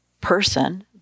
person